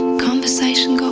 conversation